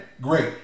great